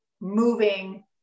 Moving